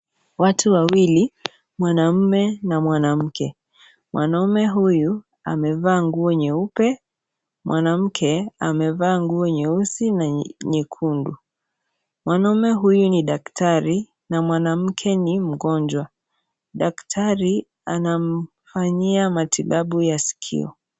Watu wawili mwanaume na mwanamke mwanaume huyu amevaa nguo nyeupe mwanamke amevaa nguo nyeusi na nyekundu, mwanaume huyu ni daktari na mwanamke ni mgonjwa daktari anamfanyia matibabu ya sikio.